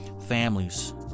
families